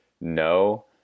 no